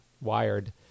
Wired